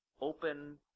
open